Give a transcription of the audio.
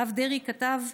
הרב דרעי כתב: